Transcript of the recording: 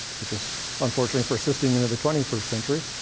which is unfortunately persisting into the twenty first century.